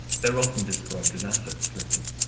they're often described as asset strippers.